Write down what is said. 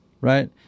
Right